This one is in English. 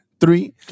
Three